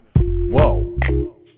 whoa